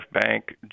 bank